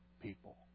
people